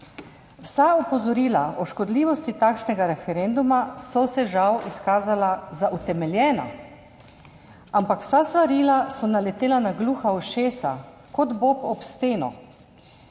Vsa opozorila o škodljivosti takšnega referenduma so se, žal, izkazala za utemeljena. Ampak vsa svarila so naletela na gluha ušesa, kot bob ob steno.